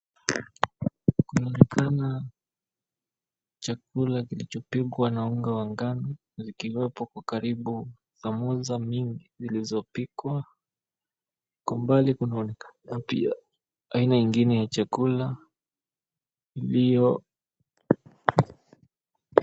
Kunaonekana chakula kilichopikwa na unga wa ngano zikiwepo kwa karibu samosa mingi zilizopikwa. Kwa mbali kunaonekana pia aina ingine ya chakula iliyo